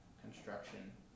Construction